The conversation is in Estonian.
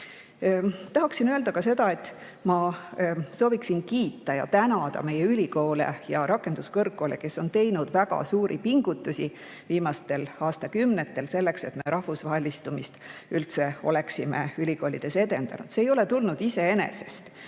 Tahan öelda ka seda, et ma soovin kiita ja tänada meie ülikoole ja rakenduskõrgkoole, kes on teinud väga suuri pingutusi viimastel aastakümnetel selleks, et me rahvusvahelistumist üldse oleme ülikoolides edendanud. See ei ole tulnud iseenesest.